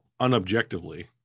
unobjectively